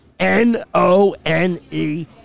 N-O-N-E